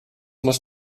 muß